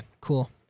Cool